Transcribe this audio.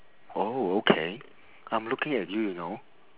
oh okay I'm looking at you you know